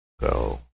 go